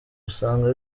usanga